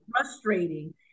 frustrating